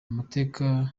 amateka